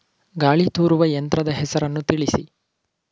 ಗಾಳಿ ತೂರುವ ಯಂತ್ರದ ಹೆಸರನ್ನು ತಿಳಿಸಿ?